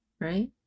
right